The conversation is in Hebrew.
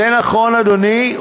זה נכון, אדוני.